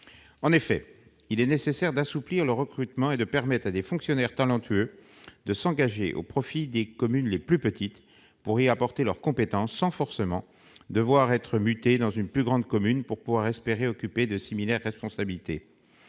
Il est nécessaire d'assouplir le recrutement et de permettre à des fonctionnaires talentueux de s'engager au profit des plus petites communes pour y apporter leurs compétences sans devoir être mutés dans une plus grande commune pour espérer occuper des responsabilités